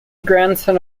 grandson